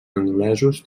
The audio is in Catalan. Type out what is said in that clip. anglesos